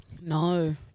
No